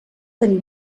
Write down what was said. tenir